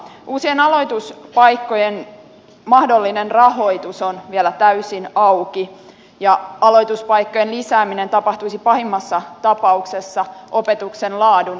uusien aloituspaikkojen mahdollinen rahoitus on vielä täysin auki ja aloituspaikkojen lisääminen tapahtuisi pahimmassa tapauksessa opetuksen laadun kustannuksella